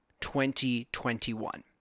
2021